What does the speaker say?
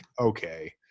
okay